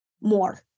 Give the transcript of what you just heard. more